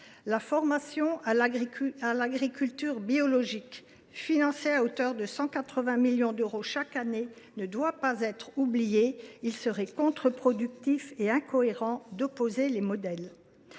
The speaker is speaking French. La formation à l’agriculture biologique, financée à hauteur de 180 millions d’euros chaque année, ne doit pas être oubliée. Il serait contre productif et incohérent d’opposer les modèles.